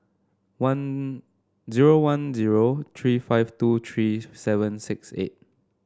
zero one zero three five two three seven six eight